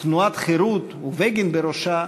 תנועת החרות, ובגין בראשה,